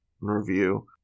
review